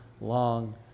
long